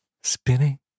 Spinning